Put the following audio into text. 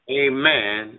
amen